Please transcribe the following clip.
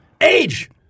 Age